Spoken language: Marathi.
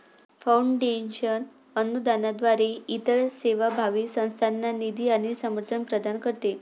फाउंडेशन अनुदानाद्वारे इतर सेवाभावी संस्थांना निधी आणि समर्थन प्रदान करते